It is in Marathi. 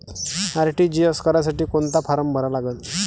आर.टी.जी.एस करासाठी कोंता फारम भरा लागन?